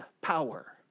power